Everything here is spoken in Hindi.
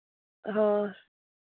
हाँ